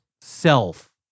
self